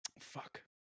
fuck